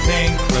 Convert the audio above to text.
Pink